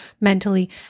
mentally